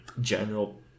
general